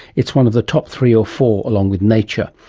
it's one of the top three or four, along with nature.